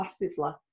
massively